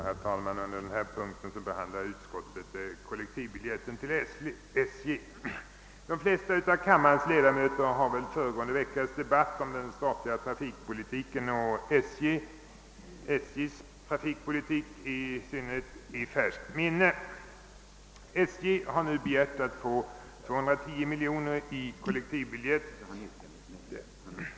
Herr talman! Under den punkt vi nu diskuterar behandlas indirekt även frågan om SJ:s kollektivbiljetter. De flesta av kammarens ledamöter har väl förra veckans debatt om SJ:s trafikpolitik i färskt minne. SJ har nu begärt 210 miljoner kronor för kollektivbiljetter.